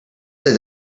said